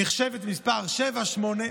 שנחשבת מספר 7 8,